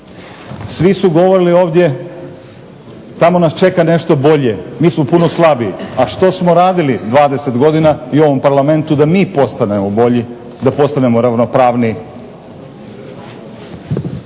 Svi su govorili ovdje tamo nas čeka nešto bolje, mi smo puno slabiji. A što smo radili 20 godina i u ovom Parlamentu da mi postanemo bolji, da postanemo ravnopravniji?